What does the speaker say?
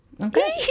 Okay